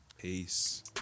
Peace